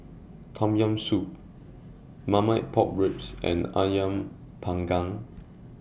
Tom Yam Soup Marmite Pork Ribs and Ayam Panggang